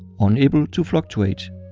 unable to fluctuate.